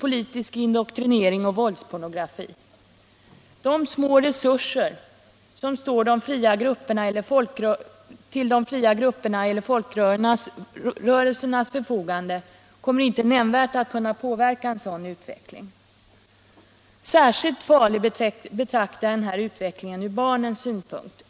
politisk indoktrinering och våldspornografi. De små resurser som står till de fria gruppernas eller folkrörelsernas förfogande kommer inte att nämnvärt kunna påverka en sådan utveckling. Särskilt farlig är den ur barnens synpunkt.